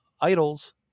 idols